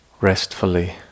restfully